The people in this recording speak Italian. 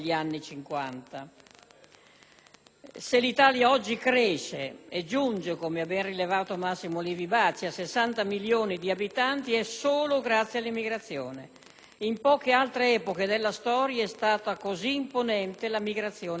Se l'Italia oggi cresce e giunge, come ha ben rilevato Massimo Livi Bacci, a 60 milioni di abitanti è solo grazie all'immigrazione. In poche altre epoche della storia è stata così imponente la migrazione tra i continenti.